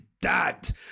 dad